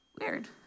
Weird